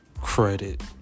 credit